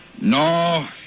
No